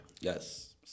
Yes